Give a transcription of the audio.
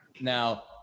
Now